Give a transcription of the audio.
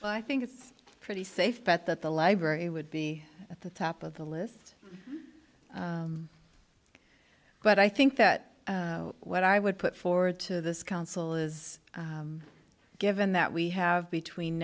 but i think it's pretty safe bet that the library would be at the top of the list but i think that what i would put forward to this council is given that we have between